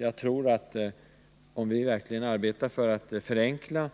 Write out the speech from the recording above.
Jag tror att om vi verkligen arbetar för att förenkla